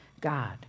God